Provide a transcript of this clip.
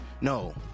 no